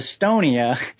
Estonia